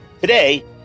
Today